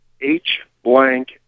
H-Blank